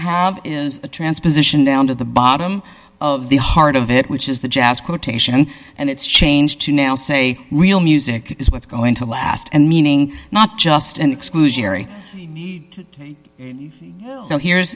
have is a transposition down to the bottom of the heart of it which is the jazz quotation and it's changed to now say real music is what's going to last and meaning not just an exclusionary so here's